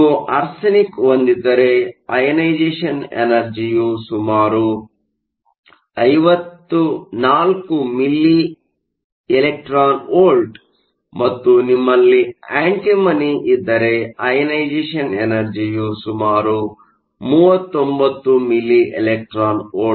ನೀವು ಆರ್ಸೆನಿಕ್ ಹೊಂದಿದ್ದರೆ ಅಯನೈಸೆಷ಼ನ್ ಎನರ್ಜಿಯು ಸುಮಾರು 54 ಮಿಲ್ಲಿ ಇವಿ ಮತ್ತು ನಿಮ್ಮಲ್ಲಿ ಆಂಟಿಮನಿ ಇದ್ದರೆ ಐಯನೈಸೇ಼ಷ಼ನ್ ಎನರ್ಜಿಯು ಸುಮಾರು 39 ಮಿಲಿಇವಿ